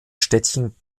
städtchen